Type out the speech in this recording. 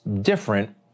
different